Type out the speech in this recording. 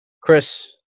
Chris